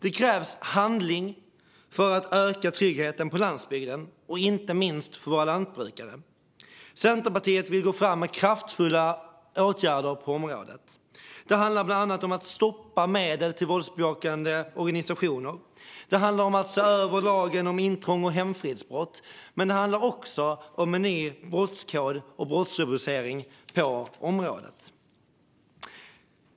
Det krävs handling för att öka tryggheten på landsbygden, inte minst för våra lantbrukare. Centerpartiet vill gå fram med kraftfulla åtgärder på området. Det handlar bland annat om att stoppa medel till våldsbejakande organisationer, om att se över lagen om intrång och hemfridsbrott och om en ny brottskod och brottsrubricering på området.